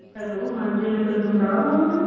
hello ਹਾਂਜੀ Mrs ਬੋਲਦੇ ਹੋ